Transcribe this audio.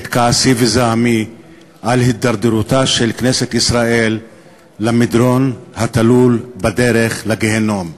את כעסי וזעמי על הידרדרותה של כנסת ישראל למדרון התלול בדרך לגיהינום.